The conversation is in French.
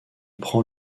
prend